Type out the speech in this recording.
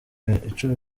icumi